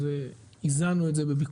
אז איזנו את זה בביקורת.